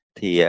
Thì